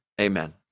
Amen